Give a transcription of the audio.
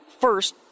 First